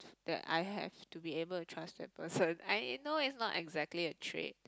that I have to be able to trust that person I know it's not exactly a trait